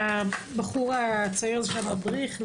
הבחור הצעיר המדריך.